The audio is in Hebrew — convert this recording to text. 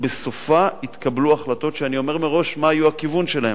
ובסופה יתקבלו החלטות שאני אומר מראש מה יהיה הכיוון שלהן,